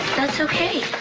that's okay.